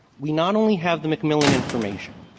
we not only have the mcmillan information.